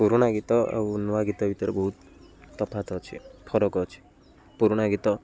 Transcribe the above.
ପୁରୁଣା ଗୀତ ଆଉ ନୂଆ ଗୀତ ଭିତରେ ବହୁତ ତଫାତ୍ ଅଛି ଫରକ ଅଛି ପୁରୁଣା ଗୀତ